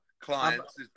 clients